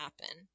happen